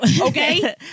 okay